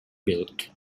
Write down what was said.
built